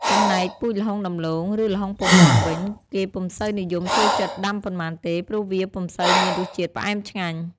ចំំណែកពូជល្ហុងដំឡូង ឬល្ហុងពងមាន់វិញ គេពុំសូវនិយមចូលចិត្តដាំប៉ុន្មានទេ ព្រោះវាពុំសូវមានរសជាតិផ្អែមឆ្ងាញ់។